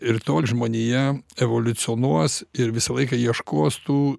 ir tol žmonija evoliucionuos ir visą laiką ieškos tų